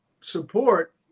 support